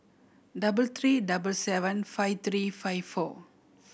double three double seven five three five four